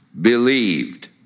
believed